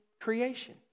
creation